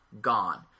gone